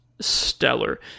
stellar